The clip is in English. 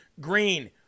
green